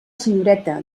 senyoreta